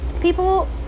people